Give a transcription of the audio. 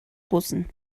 bussen